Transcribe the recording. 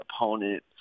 opponent